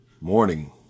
morning